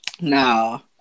No